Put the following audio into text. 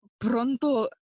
Pronto